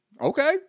Okay